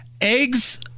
eggs